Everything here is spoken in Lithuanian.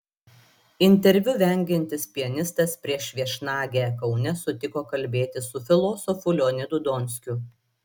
interviu vengiantis pianistas prieš viešnagę kaune sutiko kalbėtis su filosofu leonidu donskiu